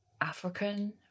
African